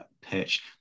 pitch